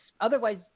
Otherwise